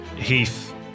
Heath